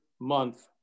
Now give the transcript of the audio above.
month